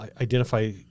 identify